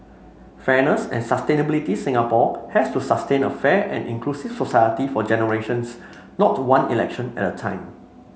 fairness and sustainability Singapore has to sustain a fair and inclusive society for generations not to one election at a time